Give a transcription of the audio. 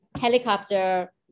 helicopter